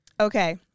okay